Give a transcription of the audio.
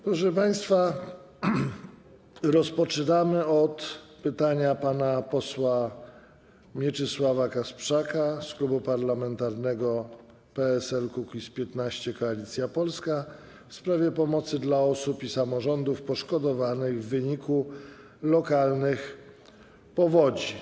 Proszę państwa, rozpoczynamy od pytania pana posła Mieczysława Kasprzaka z klubu parlamentarnego PSL-Kukiz15, Koalicja Polska, w sprawie pomocy dla osób i samorządów poszkodowanych w wyniku lokalnych powodzi.